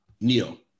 Neil